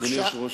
תוצאה לא נכונה.